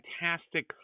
fantastic